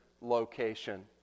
location